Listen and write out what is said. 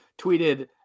tweeted